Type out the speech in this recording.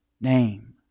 name